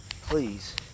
Please